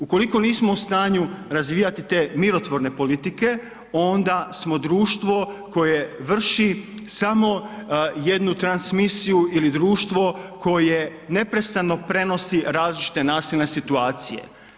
Ukoliko nismo u stanju razvijati te mirotvorne politike onda smo društvo koje vrši samo jednu transmisiju ili društvo koje neprestano prenosi različite nasilne situacije.